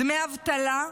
דמי אבטלה,